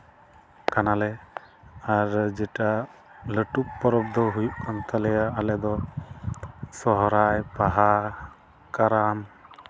ᱠᱟᱱᱟᱞᱮ ᱟᱨ ᱡᱮᱴᱟ ᱞᱟᱹᱴᱩ ᱯᱚᱨᱚᱵᱽ ᱫᱚ ᱦᱩᱭᱩᱜ ᱠᱟᱱ ᱛᱟᱞᱮᱭᱟ ᱟᱞᱮ ᱫᱚ ᱥᱚᱨᱦᱟᱭ ᱵᱟᱦᱟ ᱠᱟᱨᱟᱢ